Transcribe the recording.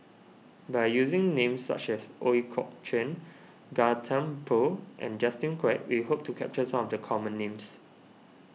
by using names such as Ooi Kok Chuen Gan Thiam Poh and Justin Quek we hope to capture some of the common names